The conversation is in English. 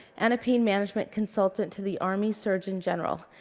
and a pain management consultant to the army surgeon general.